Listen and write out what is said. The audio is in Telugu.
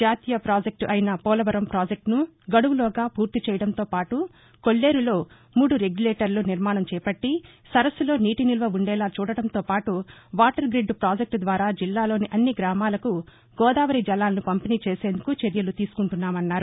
జాతీయ ప్రాజక్టు అయిన పోలవరం ప్రాజక్టును గడువులోగా పూర్తిచేయడంతోపాటు కొల్లేరులో మూడు రెగ్యులేటర్ల నిర్మాణం చేపట్లి సరస్పులో నీటి నిలువ ఉండేలా చూడటంతోపాటు వాటర్ గ్రిడ్ పాజక్లు ద్వారా జిల్లాలోని అన్ని గ్రామాలకు గోదావరి జలాలను పంపిణీ చేసేందుకు చర్యలు తీసుకుంటున్నామన్నారు